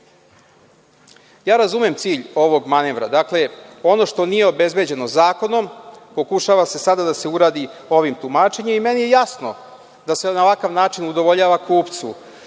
beži. Razumem cilj ovog manevra, dakle, ono što nije obezbeđeno zakonom pokušava se sada da se uradi ovim tumačenjem i meni je jasno da se na ovakva način udovoljava kupcu